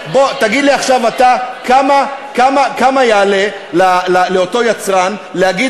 תגיד לי עכשיו אתה כמה יעלה לאותו יצרן להגיד